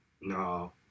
No